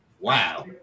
Wow